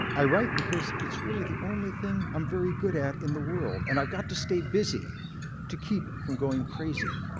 i write because it's really the only thing i'm very good at in the world. and i've got to stay busy to keep from going crazy.